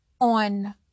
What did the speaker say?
on